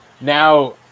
now